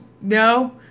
No